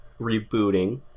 rebooting